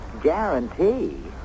Guarantee